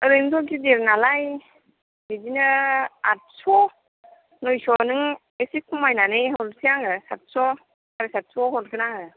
ओरैनोथ' गिदिरनालाय बिदिनो आदस' नौस' नोंनो एसे खमायनानै हरनोसै आङो सातस' साराय सातस'आव हरगोन आङो